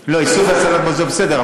לא, איסוף והצלת מזון בסדר.